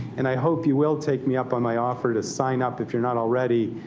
and i hope you will take me up on my offer to sign up, if you're not already,